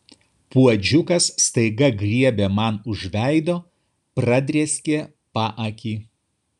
puodžiukas staiga griebė man už veido pradrėskė paakį